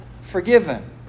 forgiven